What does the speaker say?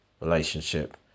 relationship